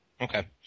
Okay